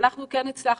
אנחנו כן הצלחנו,